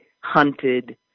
hunted